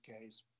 case